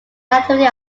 nativity